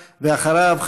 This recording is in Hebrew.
ואחריו,